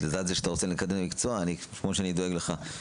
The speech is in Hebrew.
-- לצד זה שאתה רוצה לקדם מקצוע כמו שאני דואג לך.